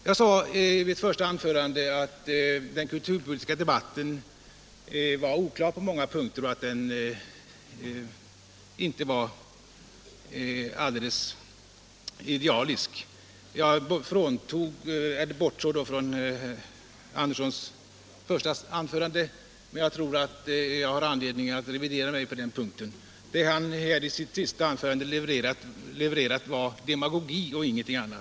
Jag sade i mitt första anförande att den kulturpolitiska debandn var oklar på många punkter och att den uppvisade många brister. Jag bortsåg då från herr Andersson, men jag tror att jag har anledning att revidera mig på den punkten. Det som herr Andersson levererade i sitt sista anförande var demagogi och ingenting annat.